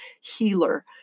Healer